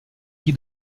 guy